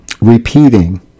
repeating